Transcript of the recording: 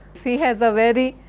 he has a very,